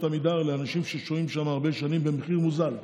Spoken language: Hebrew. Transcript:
עמידר לאנשים ששוהים שם הרבה שנים במחיר מוזל.